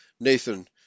Nathan